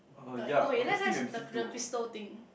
the you okay let's let's the the crystal thing